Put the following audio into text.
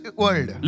world